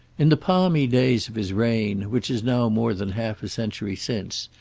in the palmy days of his reign, which is now more than half a century since,